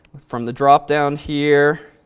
from the dropdown here,